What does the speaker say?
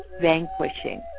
vanquishing